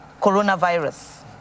coronavirus